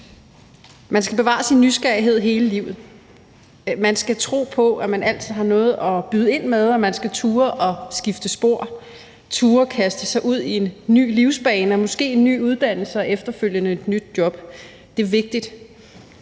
Man skal bevare sin nysgerrighed hele livet. Man skal tro på, at man altid har noget at byde ind med, og man skal turde skifte spor, turde kaste sig ud i en ny livsbane og måske en ny uddannelse og efterfølgende et nyt job. Det er vigtigt.